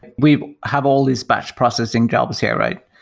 we have all these batch processing jobs here, right?